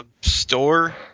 store